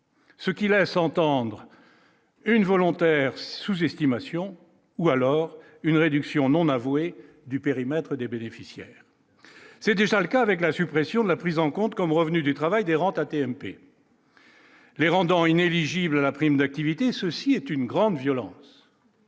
ce qui laisse entendre une volontaire sous-estimation ou alors une réduction non avouée du périmètre des bénéficiaires, c'est déjà le cas avec la suppression de la prise en compte comme revenu du travail des rentes AT-MP. Les rendant inéligible, la prime d'activité, ceci est une grande violence.